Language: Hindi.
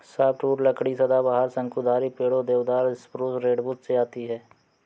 सॉफ्टवुड लकड़ी सदाबहार, शंकुधारी पेड़ों, देवदार, स्प्रूस, रेडवुड से आती है